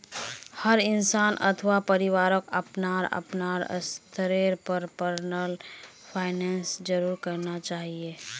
हर इंसान अथवा परिवारक अपनार अपनार स्तरेर पर पर्सनल फाइनैन्स जरूर करना चाहिए